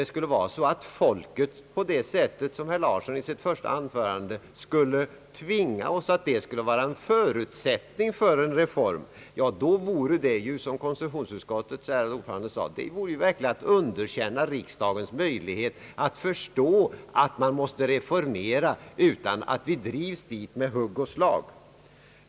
skulle vara, som herr Larsson nämnde i sitt första anförande, att folket skulle tvinga oss att göra en reform, innebure detta att underkänna riksdagsledamöternas förmåga att förstå att vi måste reformera utan att behöva drivas dit med hugg och slag.